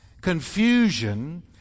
confusion